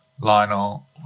Lionel